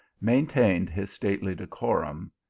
maintained his stately decorum,